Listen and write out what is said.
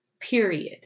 period